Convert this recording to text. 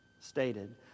stated